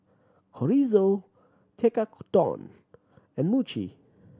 Chorizo Tekkadon and Mochi